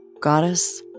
goddess